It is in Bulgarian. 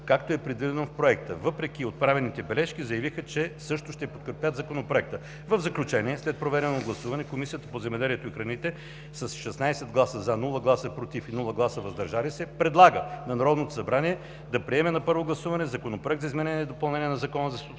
както е предвидено в проекта. Въпреки отправените бележки заявиха, че също ще подкрепят Законопроекта. В заключение, след проведеното гласуване Комисията по земеделието и храните с 16 гласа „за”, без „против“ и „въздържали се” предлага на Народното събрание да приеме на първо гласуване Законопроект за изменение и допълнение на Закона за собствеността